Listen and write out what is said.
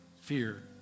fear